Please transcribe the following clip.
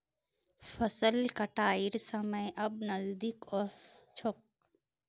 फसल कटाइर समय अब नजदीक ओस छोक